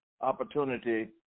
opportunity